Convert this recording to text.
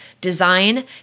design